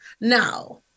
Now